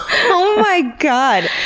oh my god!